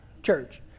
church